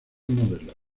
modelos